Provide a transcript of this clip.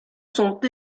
sont